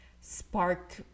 spark